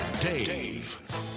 Dave